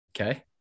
Okay